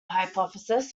hypothesis